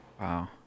Wow